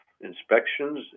inspections